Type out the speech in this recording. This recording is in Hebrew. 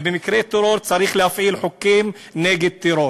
ובמקרה טרור צריך להפעיל חוקים נגד טרור.